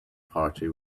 party